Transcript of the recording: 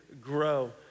grow